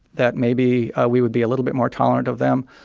that maybe we would be a little bit more tolerant of them,